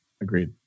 Agreed